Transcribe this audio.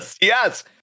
Yes